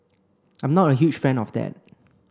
I'm not a huge fan of that